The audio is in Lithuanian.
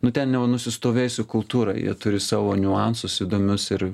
nu ten jau nusistovėjusi kultūra jie turi savo niuansus įdomius ir